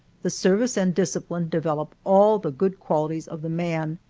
the service and discipline develop all the good qualities of the man,